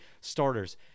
starters